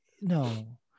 no